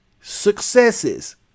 successes